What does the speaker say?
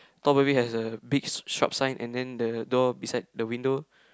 top maybe has a big shop sign and then the door beside the window